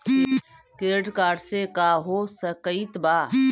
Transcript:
Credit card से का हो सकइत बा?